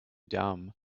dumb